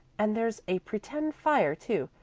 and there's a pretend fire too,